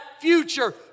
future